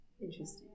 Interesting